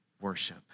worship